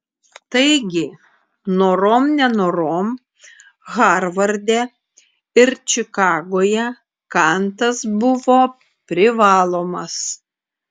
taigi norom nenorom harvarde ir čikagoje kantas buvo privalomas